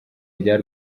rya